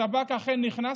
השב"כ אכן נכנס.